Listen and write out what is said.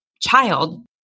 child